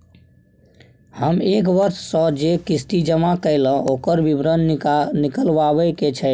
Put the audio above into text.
हम एक वर्ष स जे किस्ती जमा कैलौ, ओकर विवरण निकलवाबे के छै?